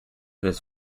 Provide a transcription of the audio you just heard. his